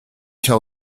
told